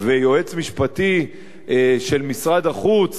ויועץ משפטי של משרד החוץ